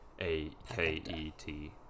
A-K-E-T